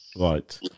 Right